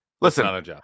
Listen